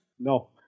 No